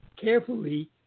carefully